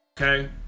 Okay